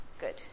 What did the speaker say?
Good